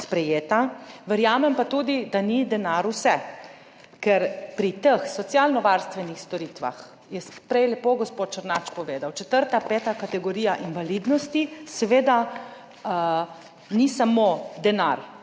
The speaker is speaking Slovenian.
sprejeta. Verjamem pa tudi, da denar ni vse, ker pri teh socialnovarstvenih storitvah, kot je prej lepo povedal gospod Černač, četrta, peta kategorija invalidnosti, seveda ni samo denar.